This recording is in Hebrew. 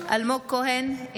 אלמוג כהן,